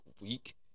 week